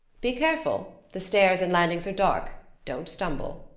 be careful the stairs and landings are dark don't stumble.